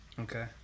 okay